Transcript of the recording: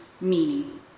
meaning